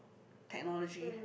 technology